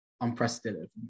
unprecedented